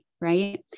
right